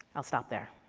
i'll stop there.